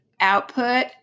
output